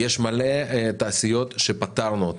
בנוסף, יש מלא תעשיות שפטרנו אותן.